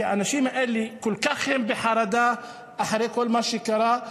כי האנשים האלה כל כך בחרדה אחרי כל מה שקרה.